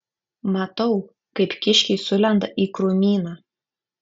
matau kaip kiškiai sulenda į krūmyną